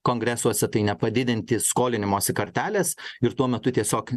kongresuose tai nepadidinti skolinimosi kartelės ir tuo metu tiesiog